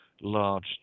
large